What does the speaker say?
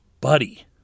buddy